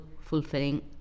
fulfilling